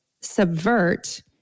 subvert